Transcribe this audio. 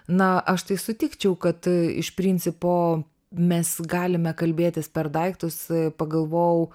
na aš tai sutikčiau kad iš principo mes galime kalbėtis per daiktus pagalvojau